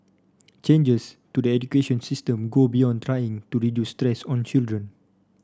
changes to the education system go beyond trying to reduce stress on children